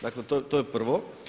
Dakle to je prvo.